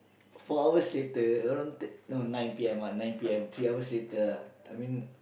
four hours later around ten no nine P_M ah nine P_M three hours later ah I mean